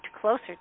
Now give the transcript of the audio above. closer